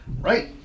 Right